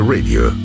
Radio